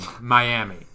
Miami